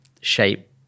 shape